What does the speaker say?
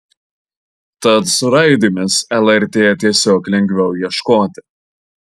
tad su raidėmis lrt tiesiog lengviau ieškoti